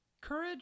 Courage